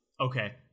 Okay